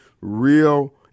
real